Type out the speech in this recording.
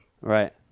Right